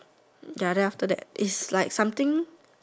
ya then after that it's like something